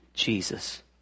Jesus